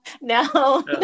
No